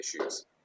issues